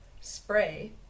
spray